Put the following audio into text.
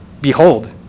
Behold